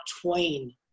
twain